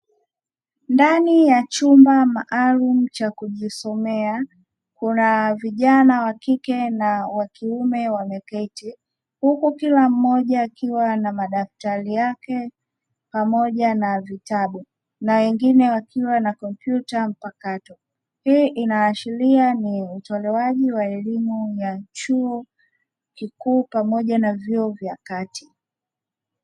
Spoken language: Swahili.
Ndani ya chumba maalumu cha kujisomea, kuna vijana wa kike na wa kiume wameketi huku kila mmoja akiwa na madaftari yake pamoja na vitabu, na wengine wakiwa na kompyuta mpakato. Hii inaashiria ni utolewaji wa elimu ya chuo kikuu pamoja na vyuo vya kati.